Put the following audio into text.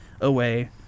away